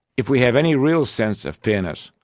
if we have any real sense of fairness,